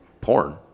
Porn